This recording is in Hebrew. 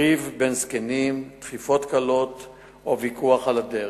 ריב בין זקנים, דחיפות קלות או ויכוח על הדרך,